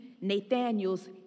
Nathaniel's